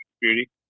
Beauty